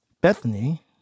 Bethany